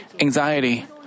anxiety